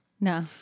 No